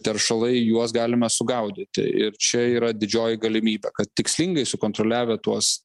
teršalai juos galime sugaudyti ir čia yra didžioji galimybė kad tikslingai sukontroliavę tuos